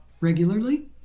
regularly